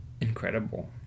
incredible